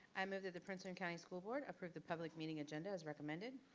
i move that the princeton county school board approved the public meeting agenda as recommended.